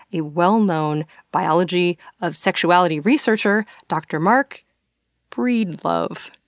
a well-known biology of sexuality researcher, dr. marc breedlove.